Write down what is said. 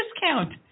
discount